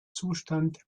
zustand